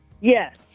yes